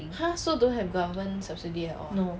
!huh! so don't have government subsidy at all ah